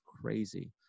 crazy